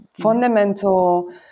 fundamental